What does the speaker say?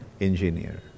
engineer